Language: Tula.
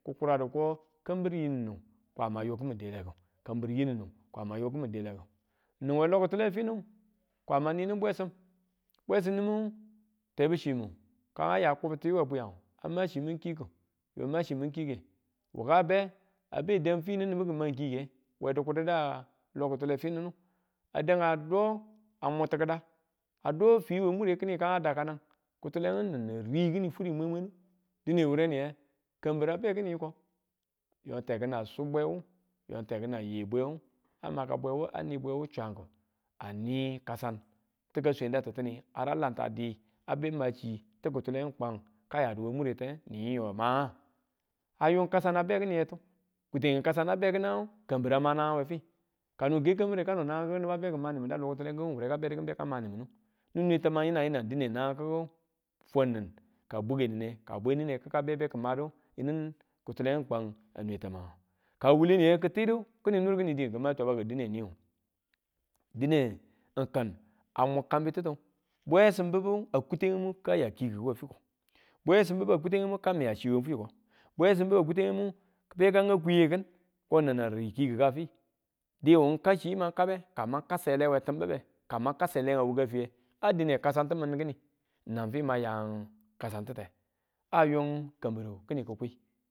Kikuradu ko kambir yininu, kwama yo kimin delaku kambiri yininu, kwama yo kimin delaku niwe lokiletu finu kwama ninin bwesim, bwesimimu tebu chimu kan a ya kubti we bwiyang, a ma chimin kiku yo ma chimi kike waka a be a be dang fine nibu ki man kike, we dikududa lo kitule finunu a dang a do a muttu kida a do fi we mure kini kaan daka nang kitulengu nin nu ri kini furi mwamwenu dine wuriniye kambira be kini yiko yo tekina swu bwe wu yo tekina ye bwewu a maka bwewe a ni bwe bwe wu chwanku, a ni kasa ti ka swen na titiniye ar ya lanta di a be machi ti kutulengi kwang kaya du muretee ni yim yo maa, a yung kasan a be kini yikotu kutengu kasan a be kinang kambir a ma naang we fi, kan ke kambire kano naang niba be manimin a lo kitulengu wure ka be kin manimindu ni, nwe tamangu yinang yinang dine naang kiku fwanin ka buge nine ka bwenine kika be be ki madu yinu kitulengu kwang, a nwe tamang ka wule niye kitidu kini nur kini din ki wa twabaku dine niu dine n kin a mub kanbititu bwesim bibu a kuta̱ngimu ka ya ki̱kiku we fiko, bwesim biba kuta̱ngimu miya chi we fiko, bwesim biba kutengimu beka ngau kwiye kin ko nin ni ri kiikiku a fi diu n kau chimang kabe ka mang kau sele we tumbube kakau sele we wuka fiya dine kasantu min ni kini nan fi man yan kasan ti̱te a yung kambiru kini kikwi.